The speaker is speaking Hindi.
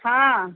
हाँ